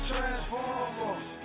Transformers